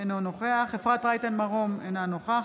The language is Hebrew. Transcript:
בעד שלמה קרעי, בעד מירי מרים רגב, בעד אני בעד,